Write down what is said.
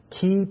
keep